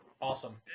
Awesome